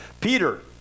Peter